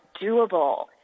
doable